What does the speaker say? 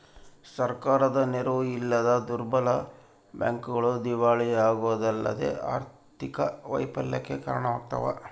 ಸರ್ಕಾರದ ನೆರವು ಇಲ್ಲದ ದುರ್ಬಲ ಬ್ಯಾಂಕ್ಗಳು ದಿವಾಳಿಯಾಗೋದಲ್ಲದೆ ಆರ್ಥಿಕ ವೈಫಲ್ಯಕ್ಕೆ ಕಾರಣವಾಗ್ತವ